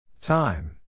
Time